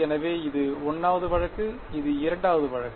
எனவே இது 1 வது வழக்கு இது 2 வது வழக்கு